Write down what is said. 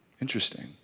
interesting